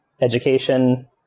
education